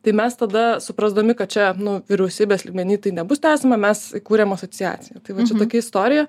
tai mes tada suprasdami kad čia nu vyriausybės lygmeny tai nebus tęsiama mes kurėm asociaciją tai va čia tokia istorija